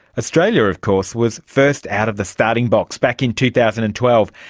australia of course was first out of the starting box back in two thousand and twelve,